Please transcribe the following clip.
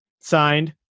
Signed